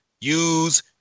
use